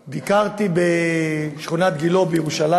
רוצה לספר לכם שאני ביקרתי בשכונת גילה בירושלים,